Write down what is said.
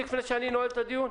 לא.